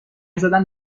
زدم